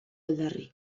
aldarri